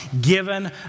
given